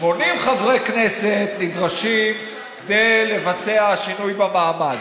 80 חברי כנסת נדרשים כדי לבצע שינוי במעמד,